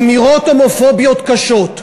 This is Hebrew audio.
אמירות הומופוביות קשות,